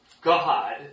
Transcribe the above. God